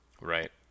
right